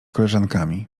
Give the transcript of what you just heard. koleżankami